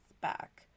back